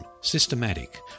systematic